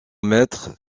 maître